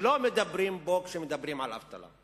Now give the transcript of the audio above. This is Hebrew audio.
שלא מדברים בו כשמדברים על אבטלה,